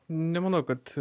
nemanau kad